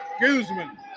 Guzman